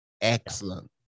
Excellent